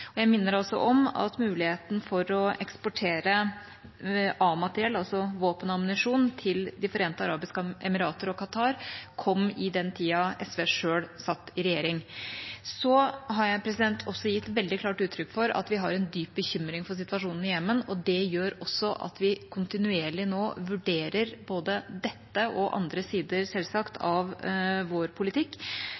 regjeringer. Jeg minner også om at muligheten for å eksportere A-materiell, altså våpen og ammunisjon, til De forente arabiske emirater og Qatar, kom i den tida SV selv satt i regjering. Så har jeg også gitt veldig klart uttrykk for at vi har en dyp bekymring for situasjonen i Jemen. Det gjør også at vi kontinuerlig nå vurderer både dette og andre sider selvsagt